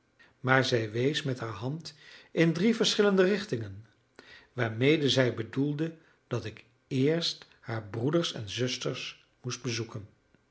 komen maar zij wees met haar hand in drie verschillende richtingen waarmede zij bedoelde dat ik eerst haar broeders en zusters moest bezoeken